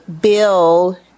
bill